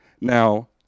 Now